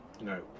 no